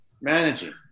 managing